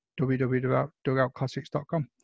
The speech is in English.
www.dugoutclassics.com